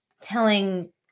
telling